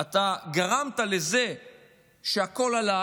אתה גרמת לזה שהכול עלה